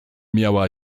miała